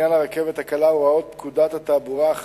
הצעת חוק התעבורה (החלת הוראות פקודת התעבורה על